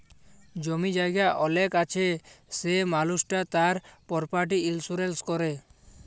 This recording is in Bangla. জমি জায়গা অলেক আছে সে মালুসট তার পরপার্টি ইলসুরেলস ক্যরে